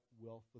wealth